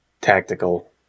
tactical